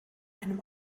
einem